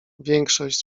większość